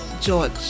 George